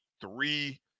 three